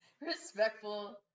Respectful